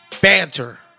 Banter